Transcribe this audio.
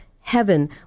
heaven